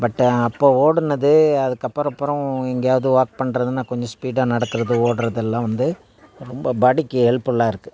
பட்டு அப்போது ஓடினது அதுக்கப்புறம் அப்புறம் எங்கேயாவது வாக் பண்ணுறதுன்னா கொஞ்சம் ஸ்பீடாக நடக்கிறது ஓடுறதுல்லாம் வந்து ரொம்ப பாடிக்கு ஹெல்ப்ஃபுல்லாக இருக்குது